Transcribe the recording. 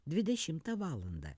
dvidešimtą valandą